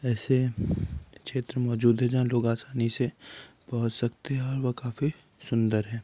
ऐसे क्षेत्र मौजूद हैं जहाँ लोग आसानी से पहुँच सकते हैं और वह काफ़ी सुन्दर हैं